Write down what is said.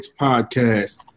podcast